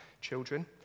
children